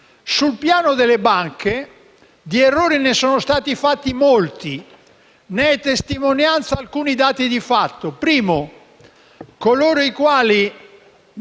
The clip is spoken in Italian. Sul piano delle banche, di errori ne sono stati fatti molti; ne sono testimonianza alcuni dati di fatto.